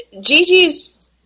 Gigi's